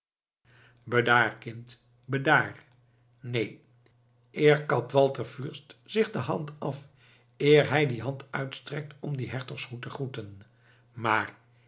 bedaar kind bedaar neen eer kapt walter fürst zich de hand af eer hij die hand uitstrekt om dien hertogshoed te groeten maar